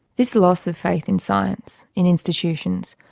this loss of faith in science, in institutions,